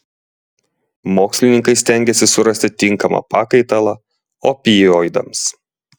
mokslininkai stengiasi surasti tinkamą pakaitalą opioidams